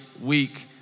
week